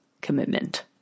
commitment